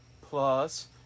Plus